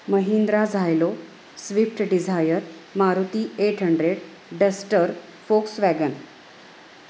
Mahindra Xylo Swift Dzire Maruti eight hundred Duster Volkswagen